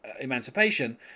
emancipation